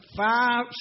five